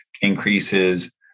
increases